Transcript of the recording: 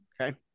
Okay